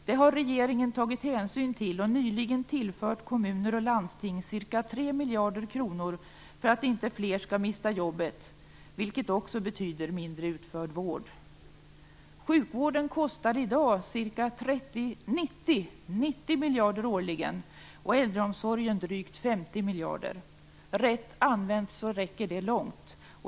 Det har regeringen tagit hänsyn till och nyligen tillfört kommuner och landsting ca 3 miljarder kronor för att inte fler skall mista jobbet, vilket också betyder mindre utförd vård. Sjukvården kostar i dag ca 90 miljarder årligen och äldreomsorgen drygt 50 miljarder. Rätt använda räcker pengarna långt.